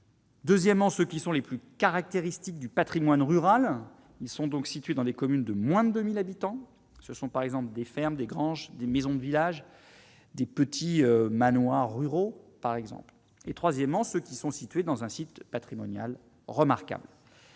Deuxièmement, ce qui sont les plus caractéristiques du Patrimoine rural, ils sont donc situés dans les communes de moins de 1000 habitants, ce sont par exemple des fermes, des granges, des maisons de villages, des petits manoirs ruraux par exemple et, troisièmement, ceux qui sont situés dans un site patrimonial remarquables